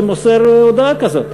ומוסר הודעה כזאת.